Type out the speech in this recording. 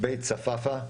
בית צפאפא.